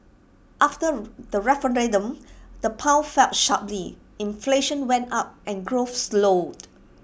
after the referendum the pound fell sharply inflation went up and growth slowed